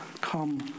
come